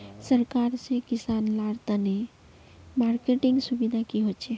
सरकार से किसान लार तने मार्केटिंग सुविधा की होचे?